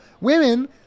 women